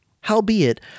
Howbeit